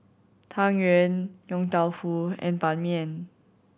Tang Yuen Yong Tau Foo and Ban Mian